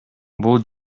бул